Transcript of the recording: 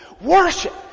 worship